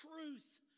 truth